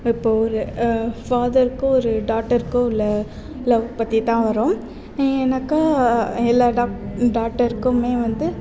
இப்போ ஒரு ஃபாதருக்கும் ஒரு டாட்டருக்கும் உள்ள லவ் பற்றிதான் வரும் ஏன்னாக்கால் எல்லா டாட் டாட்டருக்குமே வந்து